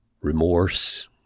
remorse